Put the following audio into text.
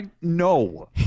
No